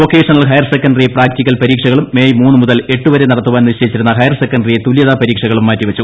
vocational higher secondary practical പരീക്ഷകളും May മൂന്ന് മുതൽ എട്ട് വരെ നടത്തുവാൻ ് നിശ്ചയിച്ചിരുന്ന ഹയർ സെക്കൻഡറി തുലൃതാ പരീക്ഷകളും മാറ്റിവച്ചു